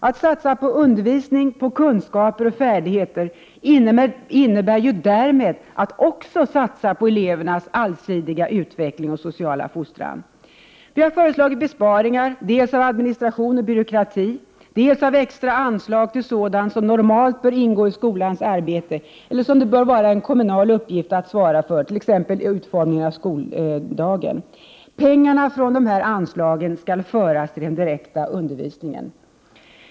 Att satsa på 33 undervisning, kunskaper och färdigheter innebär därmed att också satsa på elevernas allsidiga utveckling och sociala fostran. Vi har föreslagit besparingar dels inom administration och byråkrati, dels när det gäller extra anslag till sådant som normalt bör ingå i skolans arbete eller som det bör vara en kommunal uppgift att svara för, t.ex. utformningen av skoldagen. Vi har föreslagit att pengar från dessa anslag skall föras till den direkta undervisningen.